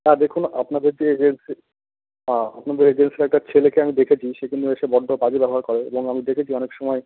হ্যাঁ দেখুন আপনাদের যে এজেন্সির হ্যাঁ আপনাদের এজেন্সির একটা ছেলেকে আমি দেখেছি সে কিন্তু এসে বড্ড বাজে ব্যবহার করে এবং আমি দেখেছি অনেক সময়